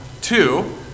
two